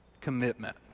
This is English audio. commitment